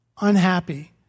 unhappy